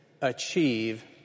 achieve